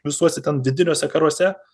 visuose ten vidiniuose karuose